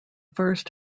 first